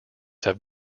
have